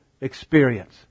experience